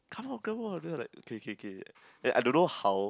come on come on and then I okay okay I don't know how